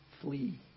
Flee